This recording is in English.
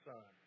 Son